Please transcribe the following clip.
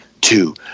two